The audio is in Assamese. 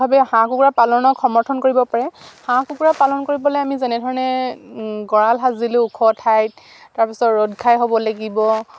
ভাৱে হাঁহ কুকুৰা পালনক সমৰ্থন কৰিব পাৰে হাঁহ কুকুৰা পালন কৰিবলে আমি যেনেধৰণে গঁৰাল সাজিলে ওখ ঠাইত তাৰপিছত ৰ'দ ঘাই হ'ব লাগিব